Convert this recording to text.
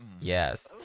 Yes